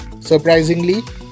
Surprisingly